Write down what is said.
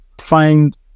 find